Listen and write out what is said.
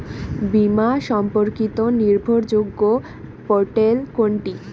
বীমা সম্পর্কিত নির্ভরযোগ্য পোর্টাল কোনটি?